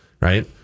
right